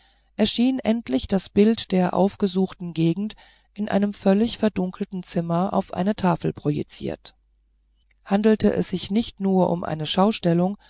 erschien endlich das bild der aufgesuchten gegend in einem völlig verdunkelten zimmer auf eine tafel projiziert handelte es sich nicht nur um eine schaustellung